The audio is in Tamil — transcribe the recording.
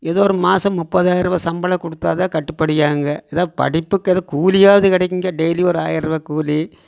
எதோ ஒரு மாதம் முப்பதாயரூவா சம்பளம் கொடுத்தா தான் கட்டுப்படியாகுங்க எதா படிப்புக்கு எதுவும் கூலியாவது கிடைக்குங்க டெய்லியும் ஒரு ஆயரருவா கூலி